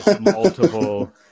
multiple